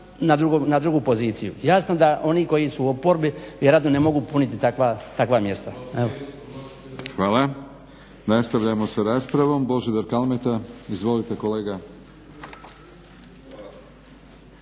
na drugu poziciju. Jasno da oni koji su u oporbi vjerojatno ne mogu puniti takva mjesta. **Batinić, Milorad (HNS)** Hvala. Nastavljamo sa raspravom. Božidar Kalmeta. Izvolite kolega.